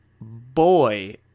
boy